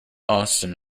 austen